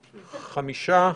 חמישה.